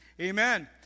Amen